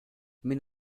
mais